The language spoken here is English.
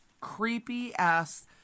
creepy-ass